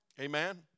Amen